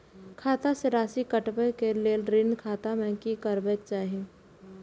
खाता स राशि कटवा कै लेल ऋण खाता में की करवा चाही?